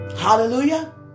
hallelujah